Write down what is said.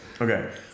Okay